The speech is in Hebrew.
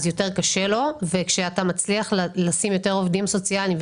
אז יותר קשה לו וכשאתה מצליח לשים יותר עובדים סוציאליים,